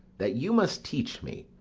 that you must teach me.